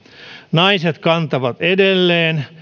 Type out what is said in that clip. naiset kantavat edelleen